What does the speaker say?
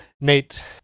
Nate